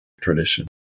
tradition